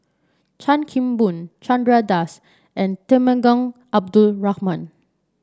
Chan Kim Boon Chandra Das and Temenggong Abdul Rahman